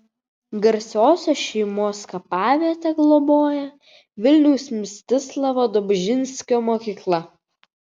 garsiosios šeimos kapavietę globoja vilniaus mstislavo dobužinskio mokykla